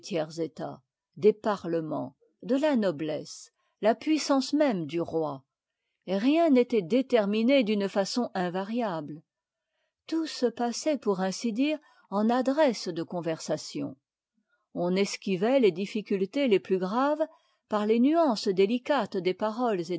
des parlements de la noblesse la puissance même du roi rien n'était déterminé d'une façon invariable tout se passait pour ainsi dire en adresse de conversation on esquivait les difficultés les plus graves par les nuances délicates des paroles